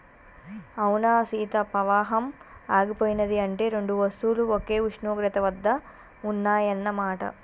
అవునా సీత పవాహం ఆగిపోయినది అంటే రెండు వస్తువులు ఒకే ఉష్ణోగ్రత వద్ద ఉన్నాయన్న మాట